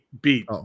beat